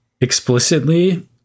explicitly